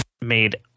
made